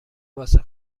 واسه